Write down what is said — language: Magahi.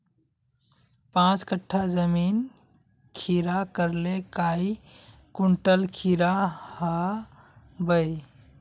पाँच कट्ठा जमीन खीरा करले काई कुंटल खीरा हाँ बई?